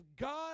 God